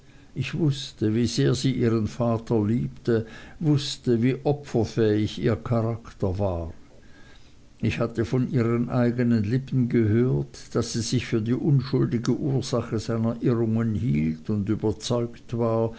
ich wußte wie sehr sie ihren vater liebte wußte wie opferfähig ihr charakter war ich hatte von ihren eignen lippen gehört daß sie sich für die unschuldige ursache seiner irrungen hielt und überzeugt war